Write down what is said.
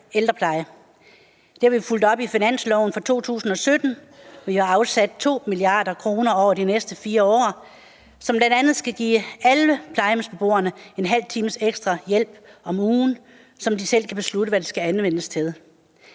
ældrepleje. Det har vi fulgt op i finansloven for 2017, hvor vi har afsat 2 mia. kr. over de næste 4 år, som bl.a. skal give alle plejehjemsbeboerne en halv times ekstra hjælp om ugen, som de selv kan beslutte hvad skal anvendes til.